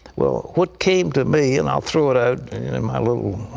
well, what came to me, and i'll throw it out in my little